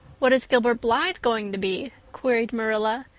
what is gilbert blythe going to be? queried marilla,